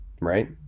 right